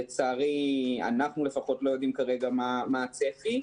לצערי אנחנו לפחות לא יודעים כרגע מה הצפי.